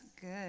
good